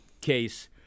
case